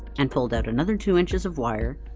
and pulled out another two inches of wire,